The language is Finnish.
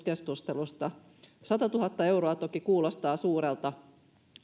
keskustelusta satatuhatta euroa toki kuulostaa suurelta